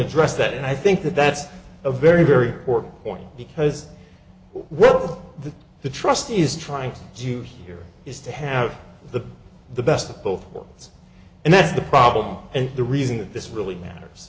address that and i think that that's a very very important point because one of the the trust is trying to do here is to have the the best of both worlds and that's the problem and the reason that this really matters